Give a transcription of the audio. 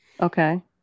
Okay